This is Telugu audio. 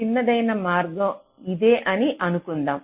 చిన్నదైన మార్గం ఇదే అని అనుకుందాం